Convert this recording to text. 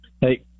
Hey